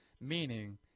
meaning